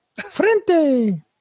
Frente